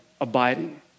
abiding